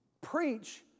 preach